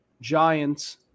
Giants –